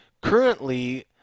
currently